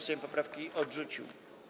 Sejm poprawki odrzucił.